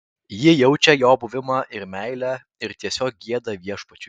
ji jaučia jo buvimą ir meilę ir tiesiog gieda viešpačiui